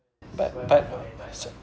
but but